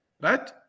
right